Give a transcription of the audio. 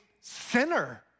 sinner